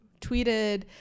tweeted